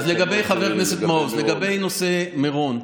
אז לגבי חבר הכנסת מעוז, לגבי נושא מירון,